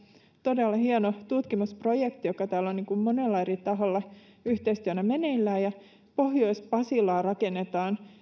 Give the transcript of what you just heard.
todella hieno tutkimusprojekti joka täällä on monella eri taholla yhteistyönä meneillään pohjois pasilaan rakennetaan